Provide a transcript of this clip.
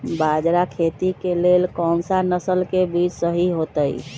बाजरा खेती के लेल कोन सा नसल के बीज सही होतइ?